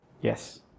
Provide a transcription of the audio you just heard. Yes